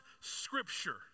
scripture